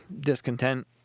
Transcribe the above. discontent